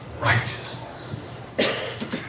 righteousness